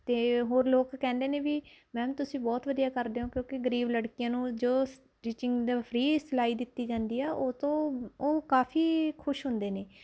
ਅਤੇ ਹੋਰ ਲੋਕ ਕਹਿੰਦੇ ਨੇ ਵੀ ਮੈਮ ਤੁਸੀਂ ਬਹੁਤ ਵਧੀਆ ਕਰਦੇ ਓਂ ਕਿਉਂਕੀ ਗਰੀਬ ਲੜਕੀਆਂ ਨੂੰ ਜੋ ਸਟੀਚਿੰਗ ਫ੍ਰੀ ਸਿਖਲਾਈ ਦਿੱਤੀ ਜਾਂਦੀ ਹੈ ਉਹਤੋਂ ਉਹ ਕਾਫ਼ੀ ਖੁਸ਼ ਹੁੰਦੇ ਨੇ